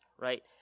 right